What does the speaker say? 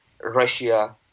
Russia